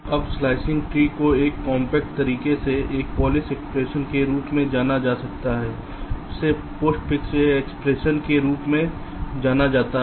अब slicing tree को एक कॉम्पैक्ट तरीके से एक पॉलिश एक्सप्रेशन के रूप में जाना जा सकता है जिसे पोस्टफिक्स एक्सप्रेशन के रूप में भी जाना जाता है